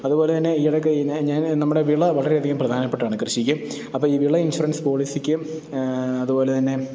അതു പോലെതന്നെ ഈയിടക്ക് ഞാ ഞാൻ നമ്മുടെ വിള വളരെയധികം പ്രധാനപ്പെട്ടതാണ് കൃഷിക്ക് അപ്പോൾ ഈ വിള ഇൻഷുറൻസ് പോളിസിക്കും അതു പോലെതന്നെ